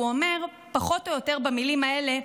הוא אומר פחות או יותר במילים האלה: